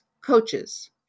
coaches